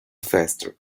faster